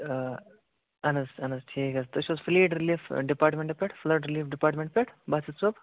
آ اہن حظ اہن حظ ٹھیٖک حظ تُہۍ چھُو حظ فٕلیٖڈ رِلیٖف ڈپاٹمٮ۪نٛٹ پٮ۪ٹھ فٕلڈ رِلیٖف ڈپاٹمٮ۪نٹ پٮ۪ٹھ باسِط صٲب